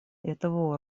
этого